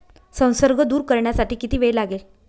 संसर्ग दूर करण्यासाठी किती वेळ लागेल?